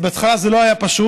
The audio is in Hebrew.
בהתחלה זה לא היה פשוט.